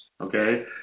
okay